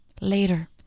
Later